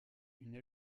une